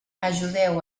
ajudeu